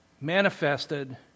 manifested